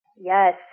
Yes